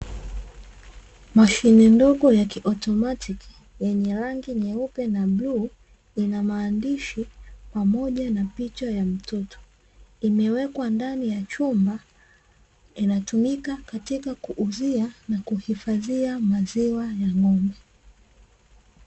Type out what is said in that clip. Mashine ndogo ya kiautomatiki yenye rangi nyeupe na bluu ina maandishi pamoja na picha ya mtoto, imewekwa ndani ya chumba inatumika kuuzia na kuhifadhia maziwa ya ngo’mbe.